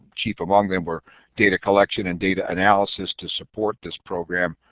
chief among them were data collection and data analysis to support this program,